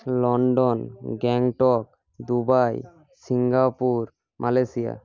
London Gangtok Dubai Singapore Malaysia